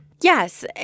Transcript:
Yes